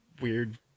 weird